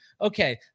Okay